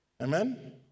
Amen